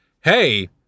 hey